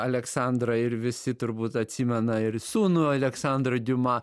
aleksandrą ir visi turbūt atsimena ir sūnų aleksandrą diuma